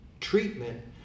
treatment